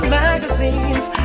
magazines